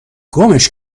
گمش